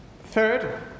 third